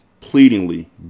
pleadingly